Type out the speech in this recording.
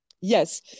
yes